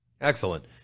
Excellent